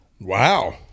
Wow